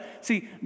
See